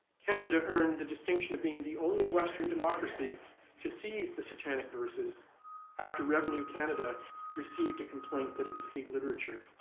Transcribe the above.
canada earned the distinction of being the only western democracy to seize the satanic verses after revenue canada received a complaint that it was hate literature.